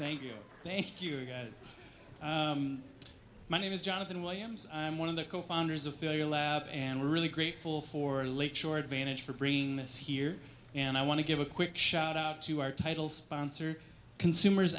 thank you thank you guys my name is jonathan williams i'm one of the co founders of feel your lap and we're really grateful for lakeshore advantage for bringing this here and i want to give a quick shout out to our title sponsor consumers